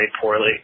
poorly